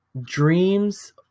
Dreams